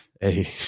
Hey